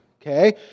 Okay